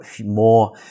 more